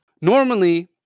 Normally